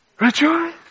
Rejoice